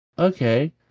Okay